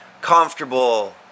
comfortable